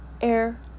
Air